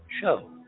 show